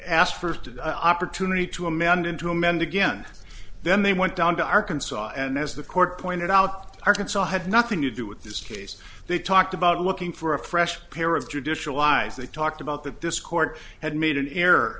asked first opportunity to amend in to amend again then they went down to arkansas and as the court pointed out arkansas had nothing to do with this case they talked about looking for a fresh pair of judicial eyes they talked about that this court had made an error